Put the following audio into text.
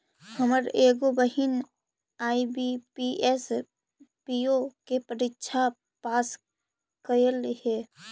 हमर एगो बहिन आई.बी.पी.एस, पी.ओ के परीक्षा पास कयलइ हे